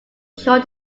sure